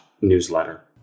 newsletter